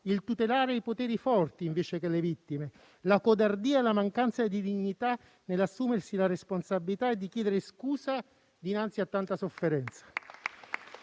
il tutelare i poteri forti invece che le vittime, la codardia e la mancanza di dignità nell'assumersi la responsabilità e nel chiedere scusa dinanzi a tanta sofferenza.